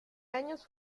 años